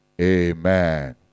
amen